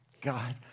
God